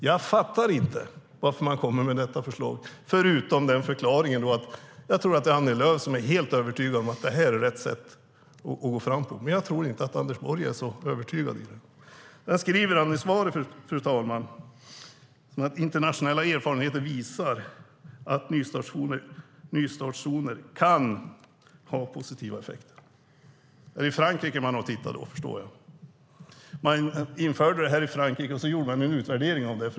Jag förstår inte varför man kommer med detta förslag, förutom förklaringen att Annie Lööf är helt övertygad om att det är rätt sätt att gå fram på. Men jag tror inte att Anders Borg är så övertygad. Fru talman! Anders Borg säger i svaret: Internationella erfarenheter visar att nystartszoner kan ha positiva effekter. Jag förstår att man då har tittat i Frankrike. Man införde det i Frankrike, och sedan gjorde man en utvärdering av det.